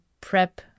prep